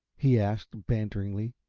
he asked, banteringly.